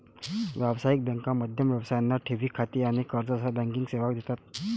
व्यावसायिक बँका मध्यम व्यवसायांना ठेवी खाती आणि कर्जासह बँकिंग सेवा देतात